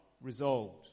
resolved